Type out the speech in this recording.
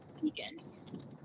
weekend